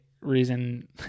reason